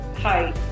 Hi